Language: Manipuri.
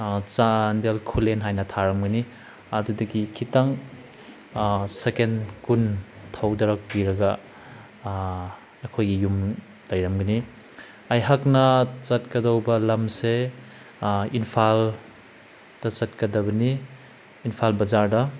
ꯆꯥꯟꯗꯦꯜ ꯈꯨꯜꯂꯦꯟ ꯍꯥꯏꯅ ꯊꯥꯔꯝꯒꯅꯤ ꯑꯗꯨꯗꯒꯤ ꯈꯤꯇꯪ ꯁꯦꯀꯦꯟ ꯀꯨꯟ ꯊꯧꯗꯔꯛꯄꯤꯔꯒ ꯑꯩꯈꯣꯏꯒꯤ ꯌꯨꯝ ꯂꯩꯔꯃꯒꯅꯤ ꯑꯩꯍꯥꯛꯅ ꯆꯠꯀꯗꯧꯕ ꯂꯝꯁꯦ ꯏꯝꯐꯥꯜꯗ ꯆꯠꯀꯗꯕꯅꯤ ꯏꯝꯐꯥꯜ ꯕꯖꯥꯔꯗ